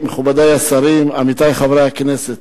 מכובדי השרים, עמיתי חברי הכנסת,